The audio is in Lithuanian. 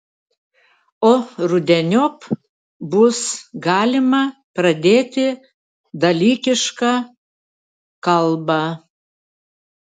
o rudeniop bus galima pradėti dalykišką kalbą